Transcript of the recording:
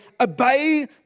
obey